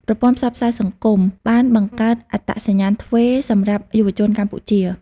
ប្រព័ន្ធផ្សព្វផ្សាយសង្គមបានបង្កើតអត្តសញ្ញាណទ្វេសម្រាប់យុវជនកម្ពុជា។